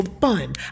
fun